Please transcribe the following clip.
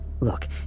Look